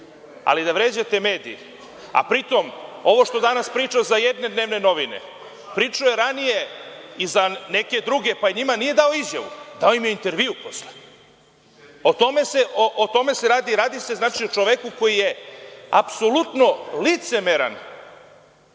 ali da vređate medije, a pri tom ovo što danas priča za jedne dnevne novine, pričao je ranije i za neke druge pa njima nije dao izjavu, dao im je intervju. O tome se radi. Radi se o čoveku koji je apsolutno licemeran